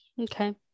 Okay